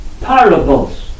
parables